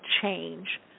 change